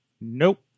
Nope